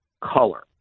color